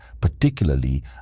particularly